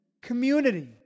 community